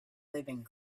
living